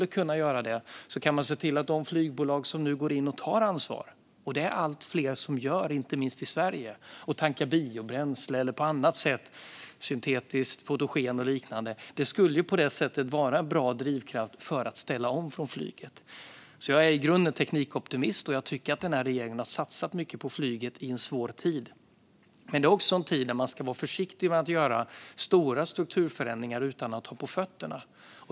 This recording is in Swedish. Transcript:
Det är allt fler flygbolag som nu går in och tar ansvar, inte minst i Sverige. De tankar biobränsle, syntetiskt bränsle, fotogen eller liknande. Om vi kunde beskatta fossilt flygbränsle skulle det vara en bra drivkraft för att ställa om flyget. Jag är i grunden teknikoptimist, och jag tycker att den här regeringen har satsat mycket på flyget i en svår tid. Detta är dock också en tid när man ska vara försiktig med att göra stora strukturförändringar utan att ha på fötterna.